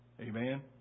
Amen